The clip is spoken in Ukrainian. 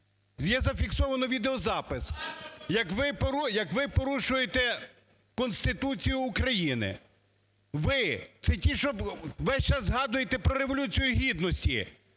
є зафіксовано відеозапис як ви порушуєте Конституцію України. Ви, це ті, що весь час згадуєте про Революцію Гідності,